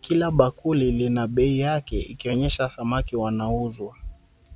Kila bakuli lina bei yake ikionyesha samaki wanauzwa.